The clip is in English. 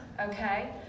okay